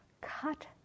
cut